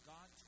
God